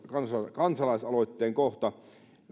kansalaisaloitteen kohta